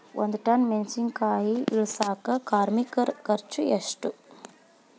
ಒಂದ್ ಟನ್ ಮೆಣಿಸಿನಕಾಯಿ ಇಳಸಾಕ್ ಕಾರ್ಮಿಕರ ಖರ್ಚು ಎಷ್ಟು?